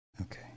Okay